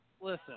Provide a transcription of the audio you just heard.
Listen